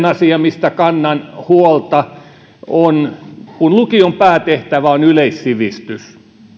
asia mistä kannan huolta on se kun lukion päätehtävä on yleissivistys